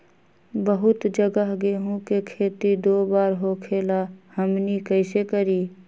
बहुत जगह गेंहू के खेती दो बार होखेला हमनी कैसे करी?